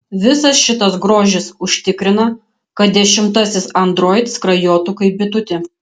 visas šitas grožis užtikrina kad dešimtasis android skrajotų kaip bitutė